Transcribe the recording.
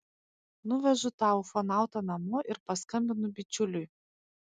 nuvežu tą ufonautą namo ir paskambinu bičiuliui